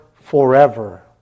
forever